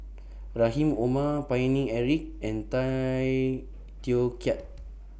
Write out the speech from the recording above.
Rahim Omar Paine Eric and Tay Teow Kiat